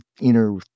inner